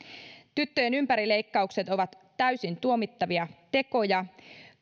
tyttöjen ympärileikkaukset ovat täysin tuomittavia tekoja